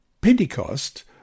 Pentecost